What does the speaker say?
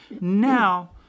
Now